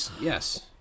Yes